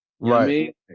Right